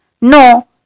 No